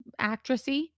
actressy